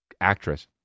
actress